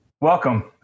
Welcome